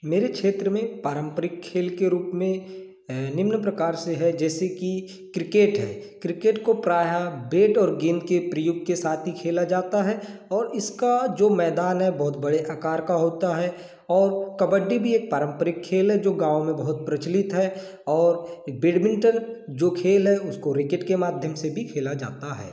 मेरे क्षेत्र मे पारंपरिक खेल के रूप मे निम्न प्रकार से है जैसे कि क्रिकेट है क्रिकेट को प्रायः बेट और गेंद के प्रयोग के साथ ही खेला जाता है और इसका जो मैदान है बहुत बड़े आकार का होता है और कबड्डी भी एक पारंपरिक खेल है जो गाँव मे बहुत प्रचलित है और बेडमिंटन जो खेल है उसको रैकेट के माध्यम से भी खेला जाता है